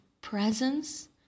presence